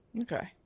Okay